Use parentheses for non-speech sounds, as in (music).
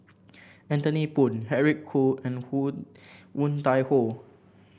Anthony Poon Eric Khoo and (unintelligible) Woon Tai Ho